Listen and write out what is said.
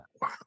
Wow